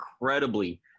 incredibly